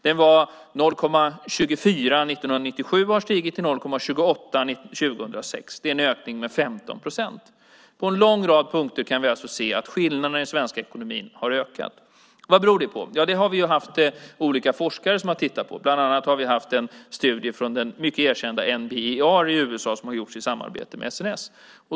Den var 0,24 år 1997 och hade stigit till 0,28 år 2006. Det är en ökning med 15 procent. På en lång rad punkter kan vi alltså se att skillnaderna i svensk ekonomi har ökat. Vad beror det på? Ja, det har olika forskare tittat på. Bland annat har det gjorts en studie av den mycket erkända NBER i USA i samarbete med SNS.